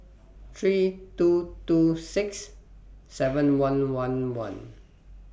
three two two six seven one one one